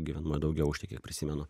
gyvenamą daugiaaukštį kiek prisimenu